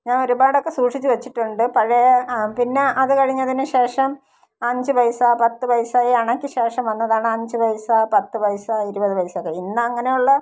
ഞാൻ ഒരുപാടൊക്കെ സൂക്ഷിച്ചു വെച്ചിട്ടുണ്ട് പഴയ ആ പിന്നെ അത് കഴിഞ്ഞതിനുശേഷം അഞ്ചു പൈസ പത്തു പൈസ ഈ അണയ്ക്ക് ശേഷം വന്നതാണ് അഞ്ചു പൈസ പത്തു പൈസ ഇരുപത് പൈസയൊക്കെ ഇന്നങ്ങനെയുള്ള